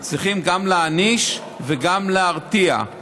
צריכים גם להעניש וגם להרתיע.